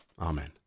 Amen